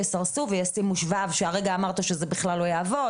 יסרסו וישימו שבב שהרגע אמרת שזה בכלל לא יעבוד,